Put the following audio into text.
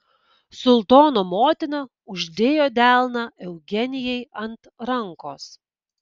sultono motina uždėjo delną eugenijai ant rankos